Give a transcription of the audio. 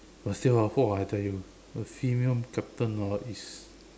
but still ah !wah! I tell you a female captain orh is